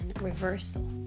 reversal